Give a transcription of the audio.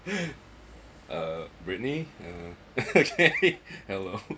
uh britney uh hello